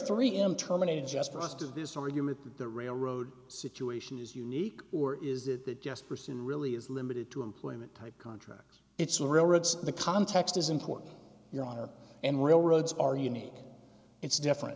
three m terminated just trust of this argument that the railroad situation is unique or is that just person really is limited to employment type contracts it's already the context is important your honor and railroads are unique it's different